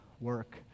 work